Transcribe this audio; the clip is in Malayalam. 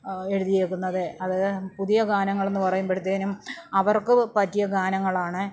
എഴുതിയേക്കുന്നത് അത് പുതിയ ഗാനങ്ങളെന്ന് പറയുമ്പഴത്തേനും അവർക്ക് പറ്റിയ ഗാനങ്ങളാണ്